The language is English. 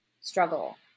struggle